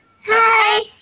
Hi